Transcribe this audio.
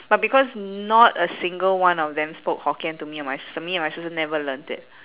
but because not a single one of them spoke hokkien to me and my sister me and my sister never learnt it